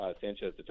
Sanchez